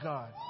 God